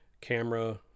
camera